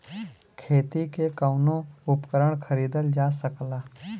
खेती के कउनो उपकरण खरीदल जा सकला